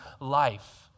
life